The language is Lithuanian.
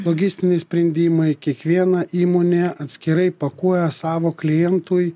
logistiniai sprendimai kiekviena įmonė atskirai pakuoja savo klientui